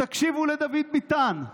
תקשיבו לדוד ביטן.